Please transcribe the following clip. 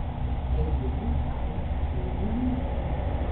eigulys tai eigulys